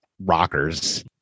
rockers